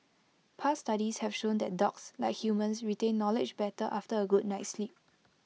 past studies have shown that dogs like humans retain knowledge better after A good night's sleep